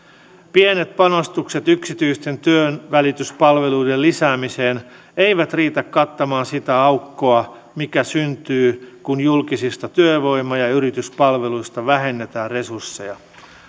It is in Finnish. pienet panostukset yksityisten työnvälityspalveluiden lisäämiseen eivät riitä kattamaan sitä aukkoa mikä syntyy kun julkisista työvoima ja yrityspalveluista vähennetään resursseja